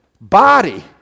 body